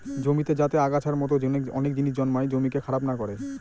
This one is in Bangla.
জমিতে যাতে আগাছার মতো অনেক জিনিস জন্মায় জমিকে খারাপ না করে